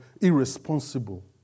irresponsible